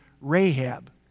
Rahab